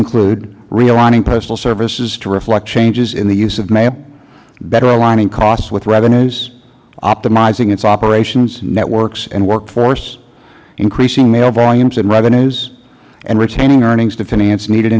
realigning postal services to reflect changes in the use of mail better aligning costs with revenues optimizing its operations networks and work force increasing mail volumes and revenues and retaining earnings to finance needed